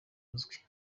uzwi